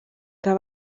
que